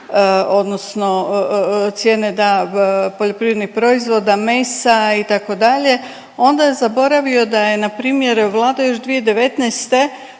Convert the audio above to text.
odnosno cijene da poljoprivrednih proizvoda, mesa itd. onda je zaboravio da je na primjer Vlada još 2019.